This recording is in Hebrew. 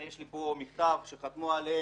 יש לי פה מכתב שחתמו עליו